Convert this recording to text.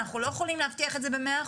אנחנו לא יכולים להבטיח את זה ב-100%.